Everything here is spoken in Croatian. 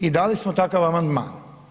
I dali smo takav amandman.